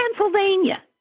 Pennsylvania